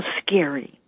scary